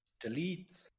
Delete